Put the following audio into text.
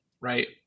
right